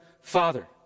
Father